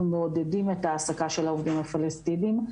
מעודדים את ההעסקה של העובדים הפלסטינים.